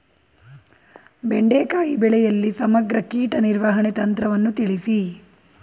ಬೆಂಡೆಕಾಯಿ ಬೆಳೆಯಲ್ಲಿ ಸಮಗ್ರ ಕೀಟ ನಿರ್ವಹಣೆ ತಂತ್ರವನ್ನು ತಿಳಿಸಿ?